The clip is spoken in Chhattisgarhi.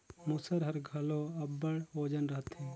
मूसर हर घलो अब्बड़ ओजन रहथे